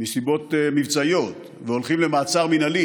מסיבות מבצעיות והולכים למעצר מינהלי,